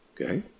Okay